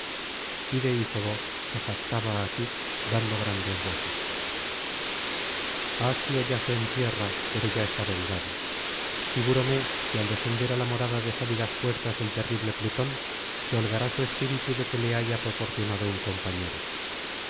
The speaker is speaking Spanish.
deífobo se jactaba así dando grandes voces asio yace en tierra pero ya está vengado figuróme que al descender á la morada de sólidas puertas del terrible plutón se holgará su espíritu de que le haya proporcionado un compañero